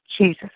Jesus